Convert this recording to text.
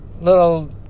little